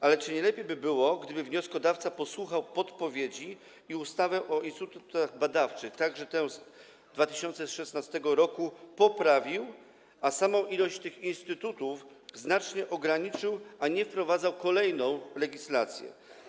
Ale czy nie lepiej by było, gdyby wnioskodawca posłuchał podpowiedzi i ustawę o instytutach badawczych, tę z 2016 r., poprawił, a samą liczbę tych instytutów znacznie ograniczył, a nie wprowadzał kolejną legislację?